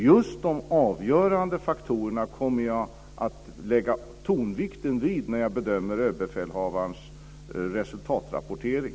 Just de avgörande faktorerna kommer jag att lägga tonvikten vid när jag bedömer överbefälhavarens resultatrapportering.